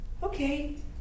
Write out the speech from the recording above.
Okay